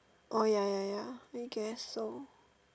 orh ya ya ya I guess so